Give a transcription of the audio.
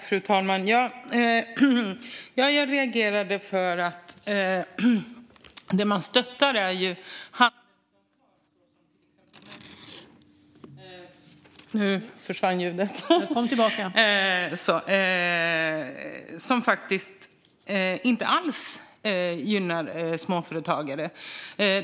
Fru talman! Jag reagerade för att det man stöttar är handelsavtal såsom till exempel det med Mercosur. Det gynnar faktiskt inte alls småföretagare.